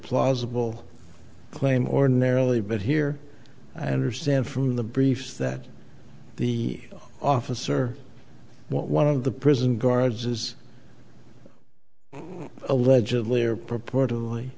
plausible claim ordinarily but here i understand from the briefs that the office or one of the prison guards is allegedly or purportedly